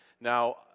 Now